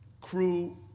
crew